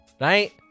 Right